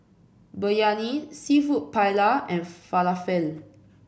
Biryani seafood Paella and Falafel